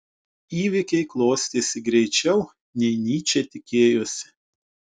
įvykiai klostėsi greičiau nei nyčė tikėjosi